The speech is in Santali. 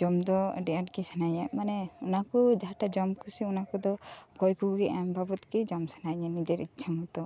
ᱡᱚᱢ ᱫᱚ ᱟᱹᱰᱤ ᱟᱸᱴ ᱜᱮ ᱥᱟᱱᱟᱣᱟ ᱢᱟᱱᱮ ᱚᱱᱟ ᱠᱚ ᱡᱟᱦᱟᱸᱴᱟᱜ ᱡᱚᱢ ᱠᱩᱥᱤᱜ ᱚᱱᱟ ᱠᱚᱫᱚ ᱚᱠᱚᱭ ᱠᱚᱜᱮ ᱮᱢ ᱵᱟᱵᱚᱫ ᱜᱮ ᱡᱚᱢ ᱥᱟᱱᱟᱧᱟ ᱱᱤᱡᱮᱨ ᱤᱪᱪᱷᱟᱹ ᱢᱚᱛᱚ